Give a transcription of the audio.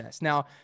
Now